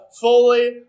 fully